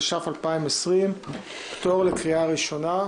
התש"ף 2020. פטור מקריאה ראשונה.